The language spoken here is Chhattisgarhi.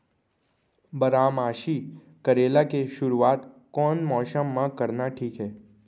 बारामासी करेला के शुरुवात कोन मौसम मा करना ठीक हे?